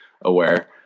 Aware